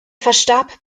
verstarb